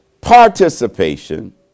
participation